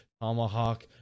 Tomahawk